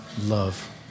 love